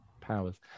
powers